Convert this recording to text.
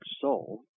soul